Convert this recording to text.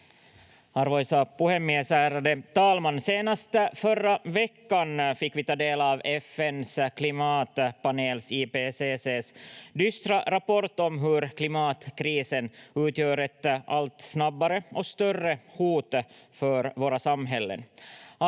Arvoisa puhemies, ärade talman! Senast förra veckan fick vi ta del av FN:s klimatpanels IPCC:s dystra rapport om hur klimatkrisen utgör ett allt snabbare och större hot för våra samhällen.